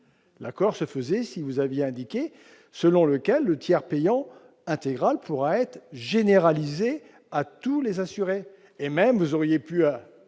L'accord se serait fait si vous aviez mentionné « selon lequel le tiers payant intégral pourra être généralisé à tous les assurés ». Vous auriez même